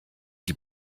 die